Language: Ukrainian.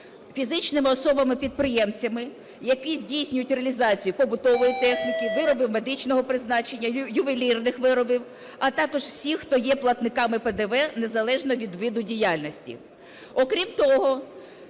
фізичними особами-підприємцями, які здійснюють реалізацію побутової техніки, виробів медичного призначення, ювелірних виробів, а також всіх, хто є платниками ПДВ незалежно від виду діяльності.